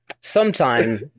sometime